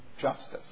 justice